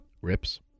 Rips